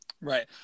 Right